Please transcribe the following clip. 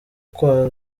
kwa